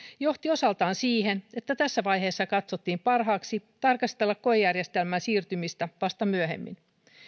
johti osaltaan siihen että tässä vaiheessa katsottiin parhaaksi tarkastella koejärjestelmään siirtymistä vasta myöhemmin